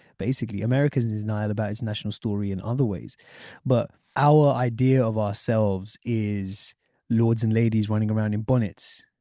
basically, america is and in denial about its national story in other ways but our idea of ourselves is lords and ladies running around in in bonnets.